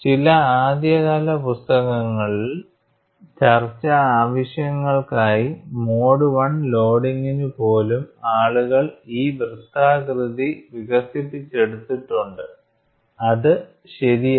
ചില ആദ്യകാല പുസ്തകങ്ങളിൽ ചർച്ചാ ആവശ്യങ്ങൾക്കായി മോഡ് I ലോഡിങ്ങിനു പോലും ആളുകൾ ഈ വൃത്താകൃതി വികസിപ്പിച്ചെടുത്തിട്ടുണ്ട് അത് ശരിയല്ല